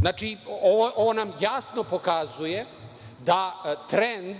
kredite. Ovo nam jasno pokazuje da trend